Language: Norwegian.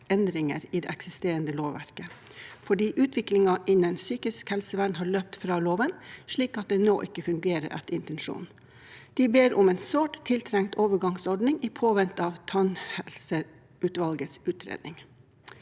endringer i det eksisterende lovverket fordi utviklingen innenfor psykisk helsevern har løpt fra loven, slik at den nå ikke fungerer etter intensjonen. De ber om en sårt tiltrengt overgangsordning i påvente av tannhelseutvalgets utredning.